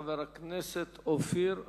חבר הכנסת אופיר אקוניס,